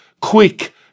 quick